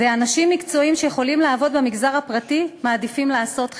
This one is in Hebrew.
ואנשים מקצועיים שיכולים לעבוד במגזר הפרטי מעדיפים לעשות כן,